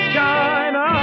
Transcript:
China